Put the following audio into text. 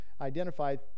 identified